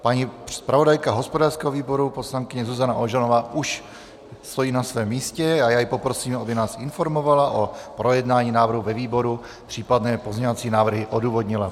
Paní zpravodajka hospodářského výboru poslankyně Zuzana Ožanová už stojí na svém místě a já ji poprosím, aby nás informovala o projednání návrhu ve výboru, případně pozměňovací návrhy odůvodnila.